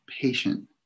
patient